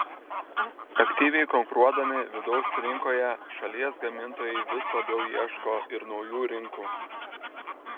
aktyviai konkuruodami vidaus rinkoje šalies gamintojai vis labiau ieško ir naujų rinkų